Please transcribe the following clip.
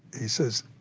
he says,